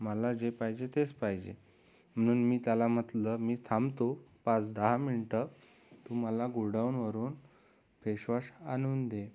मला जे पाहिजे तेच पाहिजे म्हणून मी त्याला म्हटलं मी थांबतो पाच दहा मिनटं मला गोडाऊनवरून फेश वॉश आणून दे